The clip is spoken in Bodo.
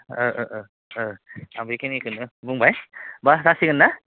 आं बे खिनिखौनो बुंबाय होनबा जासिगोन ना